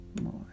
more